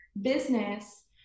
business